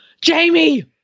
Jamie